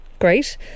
great